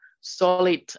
solid